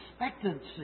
expectancy